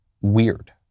weird